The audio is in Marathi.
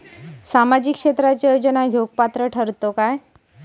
सामाजिक क्षेत्राच्या योजना घेवुक पात्र ठरतव काय?